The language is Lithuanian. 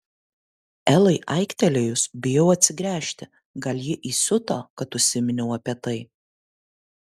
elai aiktelėjus bijau atsigręžti gal ji įsiuto kad užsiminiau apie tai